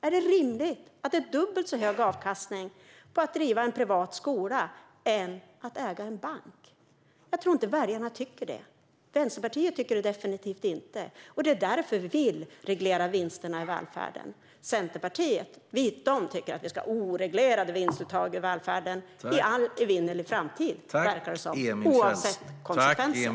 Är det rimligt att det är dubbelt så hög avkastning för att driva en privat skola som för att äga och driva en bank? Jag tror inte att väljarna tycker det. Vänsterpartiet tycker definitivt inte det. Det är därför som vi vill reglera vinsterna i välfärden. Centerpartiet tycker att det ska vara oreglerade vinstuttag i välfärden i all evinnerlig framtid, verkar det som, oavsett konsekvenserna.